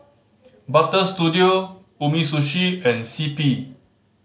Butter Studio Umisushi and C P